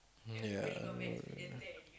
ya